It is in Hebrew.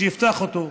שיפתח אותו.